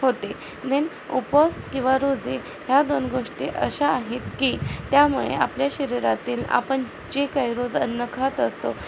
होते देन उपास किंवा रोजे ह्या दोन गोष्टी अशा आहेत की त्यामुळे आपल्या शरीरातील आपण जे काही रोज अन्न खात असतो